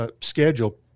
schedule